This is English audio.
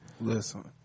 Listen